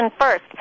first